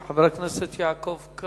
חבר הכנסת דוד אזולאי שאל את השר לביטחון